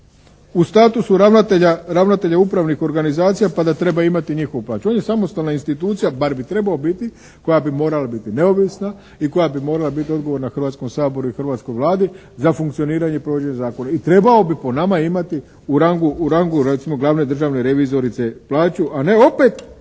u statusu ravnatelja upravnih organizacija pa da treba imati njihovu plaću. On je samostalna institucija, bar bi trebao biti koja bi morala biti neovisna i koja bi morala biti odgovorna Hrvatskom saboru i hrvatskoj Vladi za funkcioniranje i provođenje zakona. I trebao bi po nama imati u rangu recimo glavne državne revizorice plaću a ne opet